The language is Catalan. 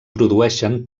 produeixen